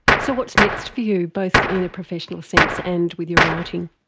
so what's next for you, both in a professional sense and with your writing?